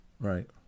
Right